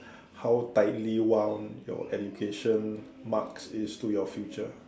how tightly wound your education marks is to your future